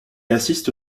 assiste